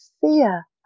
fear